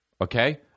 Okay